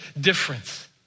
difference